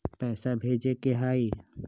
पैसा भेजे के हाइ?